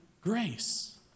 grace